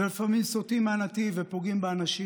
ולפעמים סוטים מהנתיב ופוגעים באנשים.